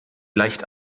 leicht